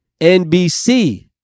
NBC